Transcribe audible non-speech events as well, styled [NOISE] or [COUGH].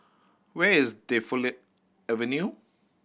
where is Defu [UNINTELLIGIBLE] Avenue